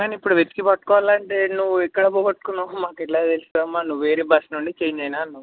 దాన్ని ఇప్పుడు వెతికి పట్టుకోవాలంటే నువ్వు ఎక్కడ పోగొట్టుకున్నావో మాకెట్లా తెలుస్తాదమ్మ నువ్వు వేరే బస్ నుండి చేంజ్ అయినా అన్నావు